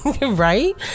right